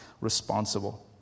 responsible